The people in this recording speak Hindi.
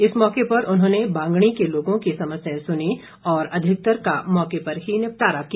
इस मौके पर उन्होंने बागणी के लोगों की समस्याएं सुनीं और अधिकतर का मौके पर ही निपटारा किया